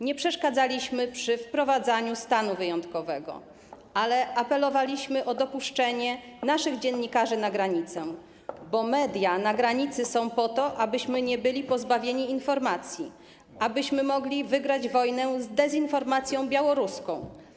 Nie przeszkadzaliśmy przy wprowadzaniu stanu wyjątkowego, ale apelowaliśmy o dopuszczenie naszych dziennikarzy na granicę, bo media na granicy są po to, abyśmy nie byli pozbawieni informacji, abyśmy mogli wygrać wojnę z dezinformacją białoruską.